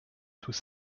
sous